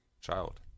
child